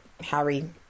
Harry